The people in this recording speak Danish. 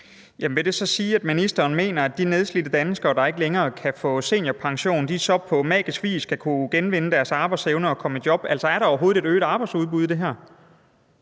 Vil det så sige, at ministeren mener, at de nedslidte danskere, der ikke længere kan få seniorpension, på magisk vis skal kunne genvinde deres arbejdsevne og komme i job? Altså, er der overhovedet et øget arbejdsudbud i det her?